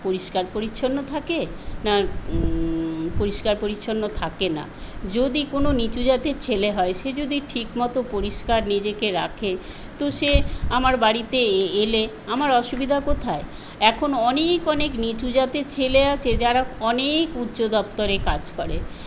পরিষ্কার পরিচ্ছন্ন থাকে না পরিষ্কার পরিচ্ছন্ন থাকে না যদি কোনো নিচু জাতের ছেলে হয়ে সে যদি ঠিকমতো পরিষ্কার নিজেকে রাখে তো সে আমার বাড়িতে এলে আমার অসুবিধা কোথায় এখন অনেক অনেক নিচু জাতের ছেলে আছে যারা অনেক উচ্চ দপ্তরে কাজ করে